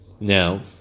Now